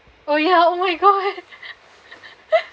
oh ya oh my god